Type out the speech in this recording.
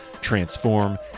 transform